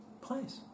place